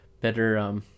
better